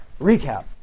recap